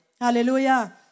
Hallelujah